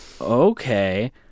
Okay